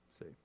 See